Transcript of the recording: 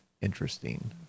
interesting